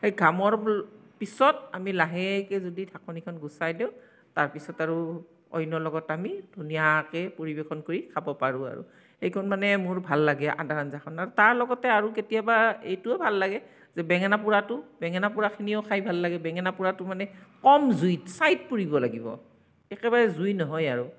সেই ঘামৰ পিছত আমি লাহেকে যদি ঢাকনিখন গুচাই দিওঁ তাৰপিছত আৰু অন্য়ৰ লগত আমি ধুনীয়াকে পৰিবেশন কৰি খাব পাৰোঁ আৰু সেইকণ মানে মোৰ ভাল লাগে আদাৰ আঞ্জাখন আৰু তাৰ লগতে আৰু কেতিয়াবা এইটোও ভাল লাগে যে বেঙেনা পোৰাটো বেঙেনা পোৰাখিনিও খাই ভাল লাগে বেঙেনা পোৰাটো মানে কম জুইত ছাঁইত পুৰিব লাগিব একেবাৰে জুই নহয় আৰু